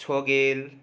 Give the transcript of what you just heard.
Chhogel